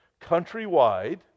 countrywide